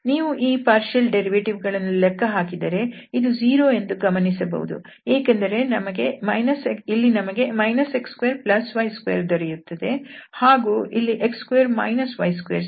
ನೀವು ಈ ಭಾಗಶಃ ವ್ಯುತ್ಪನ್ನ ಗಳನ್ನು ಲೆಕ್ಕ ಹಾಕಿದರೆ ಇದು 0 ಎಂದು ಗಮನಿಸಬಹುದು ಏಕೆಂದರೆ ಇಲ್ಲಿ ನಮಗೆ x2y2 ದೊರೆಯುತ್ತದೆ ಹಾಗೂ ಇಲ್ಲಿ x2 y2 ಸಿಗುತ್ತದೆ